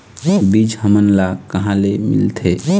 बीज हमन ला कहां ले मिलथे?